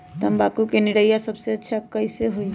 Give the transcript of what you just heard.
तम्बाकू के निरैया सबसे अच्छा कई से होई?